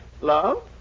Love